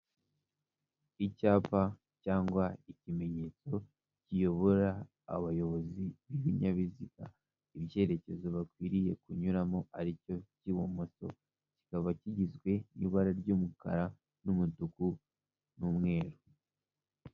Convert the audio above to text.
Icyapa cyangwa ikimenyetso kiyobora abayobozi b'ibinyabiziga ibyerekezo bakwiriye kunyuramo aricyo by'ibumoso kikaba kigizwe n'ibara ry'umukara n'umutuku n'umweru.